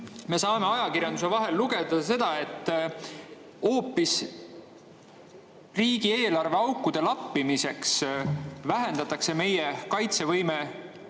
me saame ajakirjandusest vahel lugeda hoopis seda, et riigieelarve aukude lappimiseks vähendatakse meie kaitsevõime